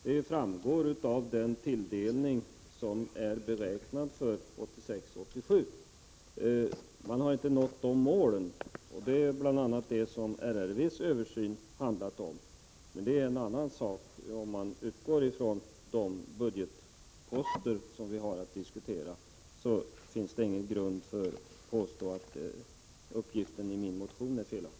Det framgår av den medelstilldelning som har beräknats för 1986/87. Man har inte nått de målen — det var bl.a. det som riksrevisionsverkets översyn handlade om — men det är en annan sak. Om man utgår från de budgetposter vi har att diskutera, finns det ingen grund för att påstå att uppgiften i min motion är felaktig.